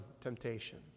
temptation